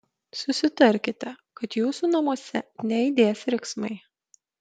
susitarkite kad jūsų namuose neaidės riksmai